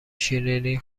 شیرینی